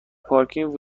پارکینگ